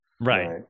Right